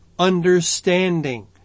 Understanding